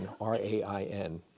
R-A-I-N